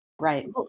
Right